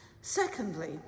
Secondly